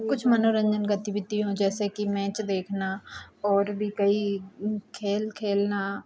कुछ मनोरन्जन गतिविधियों जैसे कि मैच देखना और भी कई खेल खेलना